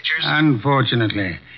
Unfortunately